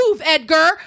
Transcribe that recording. Edgar